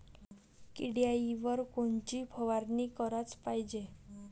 किड्याइवर कोनची फवारनी कराच पायजे?